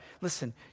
Listen